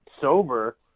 sober